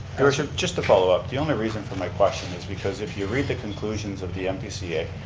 your worship, just a follow up. the only reason for my question is because if you read the conclusions of the npca,